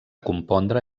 compondre